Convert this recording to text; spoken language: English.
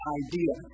idea